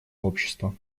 общества